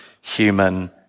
human